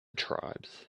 tribes